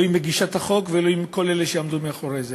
לא עם מגישת החוק ולא עם כל אלה שעמדו מאחורי זה.